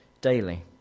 daily